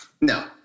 no